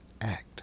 act